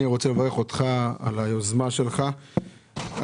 אני רוצה לברך אותך על היוזמה שלך אלא